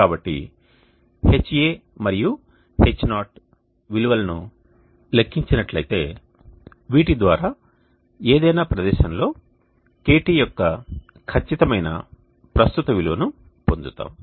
కాబట్టి Ha మరియు Ho విలువలను లెక్కించినట్లయితే వీటి ద్వారా ఏదైనా ప్రదేశం లో KT యొక్క ఖచ్చితమైన ప్రస్తుత విలువను పొందుతాము